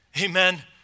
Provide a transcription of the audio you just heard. Amen